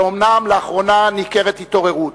ואומנם לאחרונה ניכרת התעוררות.